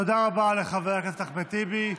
תודה רבה לחבר הכנסת טיבי.